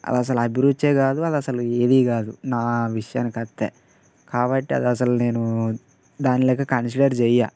అది అసలు అభిరుచే కాదు అది అసలు ఏదీ కాదు నా విషయానికొస్తే కాబట్టి అది అసలు నేను దానిలెక్క కన్సిడర్ చెయ్యను